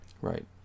right